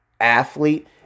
athlete